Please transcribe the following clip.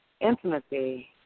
Intimacy